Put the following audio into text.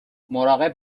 مراقب